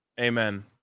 Amen